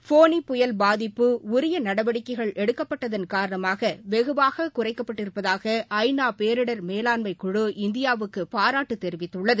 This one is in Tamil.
ஃபோனி புயல் பாதிப்பு உரிய நடவடிக்கைகள் எடுக்கப்பட்டதன் கரணமாக வெகுவாக குறைக்கப்பட்டிருப்பதாக ஐ நா பேரிடர் மேலாண்மைக்குழு இந்தியாவுக்கு பாராட்டு தெரிவித்துள்ளது